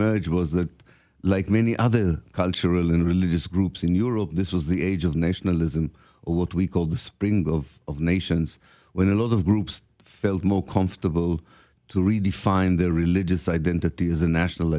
emerged was that like many other cultural and religious groups in europe this was the age of nationalism or what we call the spring of nations when a lot of groups felt more comfortable to redefine their identity is a national